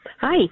Hi